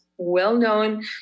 Well-known